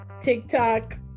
TikTok